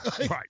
Right